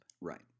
Right